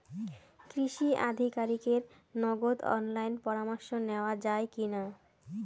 কৃষি আধিকারিকের নগদ অনলাইন পরামর্শ নেওয়া যায় কি না?